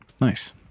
nice